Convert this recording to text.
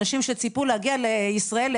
אנשים שציפו להגיע לישראל,